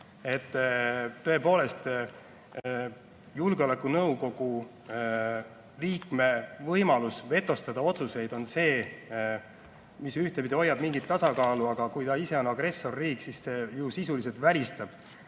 Tõepoolest, julgeolekunõukogu liikme võimalus vetostada otsuseid on see, mis ühtpidi hoiab mingit tasakaalu, aga kui ta ise on agressorriik, siis see ju sisuliselt välistab